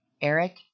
Eric